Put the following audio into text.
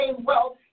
wealth